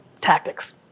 tactics